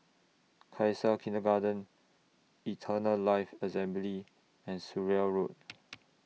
Khalsa Kindergarten Eternal Life Assembly and Surrey Road